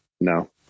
No